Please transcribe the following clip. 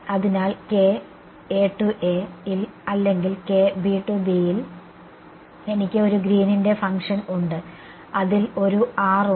അതിനാൽ യിൽ അല്ലെങ്കിൽ എനിക്ക് ഒരു ഗ്രീനിന്റെ ഫംഗ്ഷൻ Green's function ഉണ്ട് അതിൽ ഒരു ഉണ്ട്